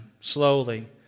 slowly